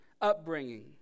upbringing